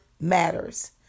matters